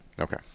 Okay